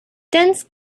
dense